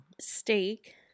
Steak